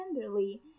tenderly